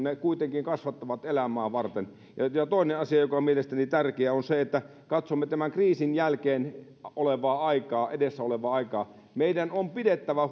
ne kuitenkin kasvattavat elämää varten ja toinen asia joka on mielestäni tärkeä on se että katsomme tämän kriisin jälkeen olevaa aikaa edessä olevaa aikaa meidän on pidettävä